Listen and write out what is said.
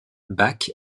bach